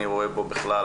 אני רואה בו בכלל,